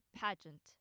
pageant